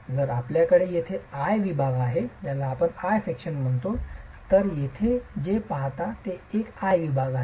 तर आपल्याकडे येथे आय विभाग आहे आपण येथे जे पाहता ते एक आय विभाग आहे